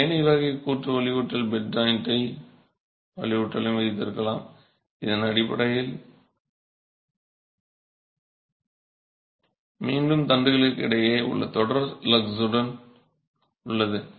நீங்கள் இந்த ஏணி வகை கூட்டு வலுவூட்டல் பெட் ஜாய்ன்ட் வலுவூட்டலையும் வைத்திருக்கலாம் இது அடிப்படையில் மீண்டும் தண்டுகளுக்கு இடையே உள்ள தொடர் லக்ஸுடன் உள்ளது